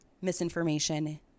misinformation